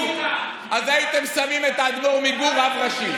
אז הייתם שמים את האדמו"ר מגור רב ראשי.